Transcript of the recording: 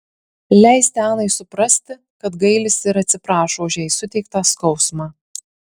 leisti anai suprasti kad gailisi ir atsiprašo už jai suteiktą skausmą